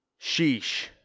Sheesh